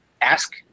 ask